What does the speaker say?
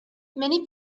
many